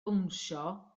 bownsio